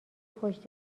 پشت